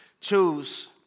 choose